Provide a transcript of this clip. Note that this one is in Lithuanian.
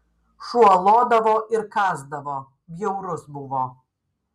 šuo lodavo ir kąsdavo bjaurus buvo